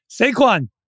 Saquon